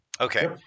Okay